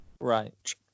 Right